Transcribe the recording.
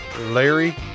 Larry